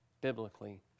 biblically